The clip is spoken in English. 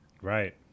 Right